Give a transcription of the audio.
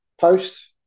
post